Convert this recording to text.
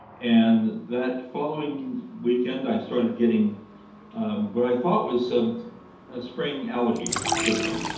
and that following weekend, i started getting what i thought was some ah spring allergy symptoms